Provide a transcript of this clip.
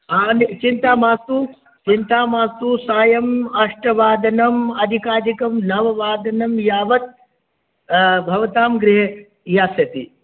आने चिन्तामास्तु चिन्तामास्तु सायम् अष्टवादनम् अधिकाधिकं नववादनं यावत् भवतां गृहे यास्यति